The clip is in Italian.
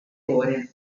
ore